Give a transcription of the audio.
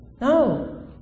No